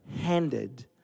handed